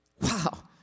Wow